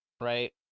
right